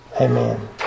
Amen